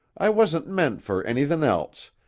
i wasn't meant for anythin' else,